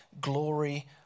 glory